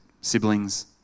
siblings